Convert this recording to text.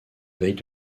veille